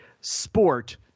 sport